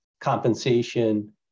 compensation